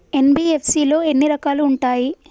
NBFC లో ఎన్ని రకాలు ఉంటాయి?